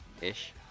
ish